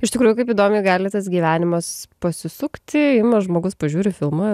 iš tikrųjų kaip įdomiai gali tas gyvenimas pasisukti ima žmogus pažiūri filmą